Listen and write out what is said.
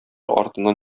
артыннан